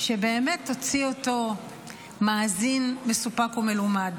שבאמת תוציא אותו מאזין מסופק ומלומד.